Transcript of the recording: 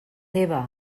eva